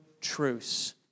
truce